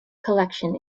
collection